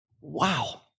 Wow